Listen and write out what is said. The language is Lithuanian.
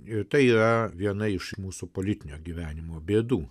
ir tai yra viena iš mūsų politinio gyvenimo bėdų